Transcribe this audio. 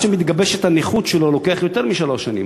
שמתגבשת הנכות שלו עוברות יותר משלוש שנים,